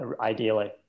ideally